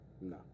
No